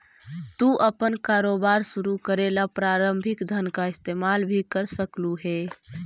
तू अपन कारोबार शुरू करे ला प्रारंभिक धन का इस्तेमाल भी कर सकलू हे